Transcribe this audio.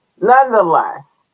nonetheless